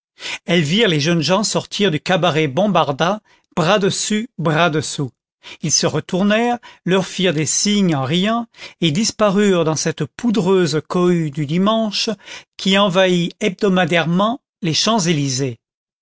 elles virent les jeunes gens sortir du cabaret bombarda bras dessus bras dessous ils se retournèrent leur firent des signes en riant et disparurent dans cette poudreuse cohue du dimanche qui envahit hebdomadairement les champs-élysées